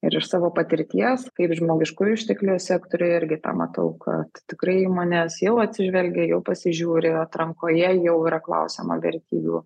ir iš savo patirties kaip žmogiškųjų išteklių sektoriuje irgi tą matau kad tikrai įmonės jau atsižvelgia jau pasižiūri atrankoje jau yra klausiama vertybių